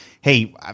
Hey